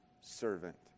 servant